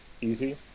easy